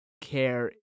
care